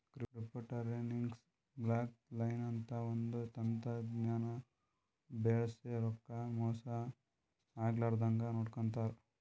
ಕ್ರಿಪ್ಟೋಕರೆನ್ಸಿಗ್ blockchain ಅಂತ್ ಒಂದ್ ತಂತಜ್ಞಾನ್ ಬಳ್ಸಿ ರೊಕ್ಕಾ ಮೋಸ್ ಆಗ್ಲರದಂಗ್ ನೋಡ್ಕೋತಾರ್